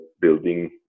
building